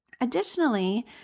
Additionally